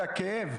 זה הכאב.